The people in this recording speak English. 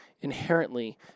inherently